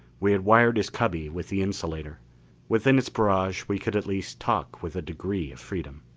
we had wired his cubby with the insulator within its barrage we could at least talk with a degree of freedom.